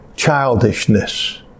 childishness